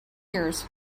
years